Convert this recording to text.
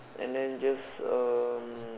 and then just um